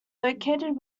located